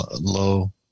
low